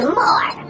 more